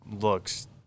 looks